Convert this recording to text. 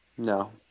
No